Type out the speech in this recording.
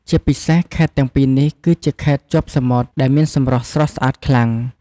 ជាពិសេស ខេត្តទាំងពីរនេះគឺជាខេត្តជាប់សមុទ្រដែលមានសម្រស់ស្រស់ស្អាតខ្លាំង។